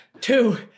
Two